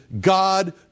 God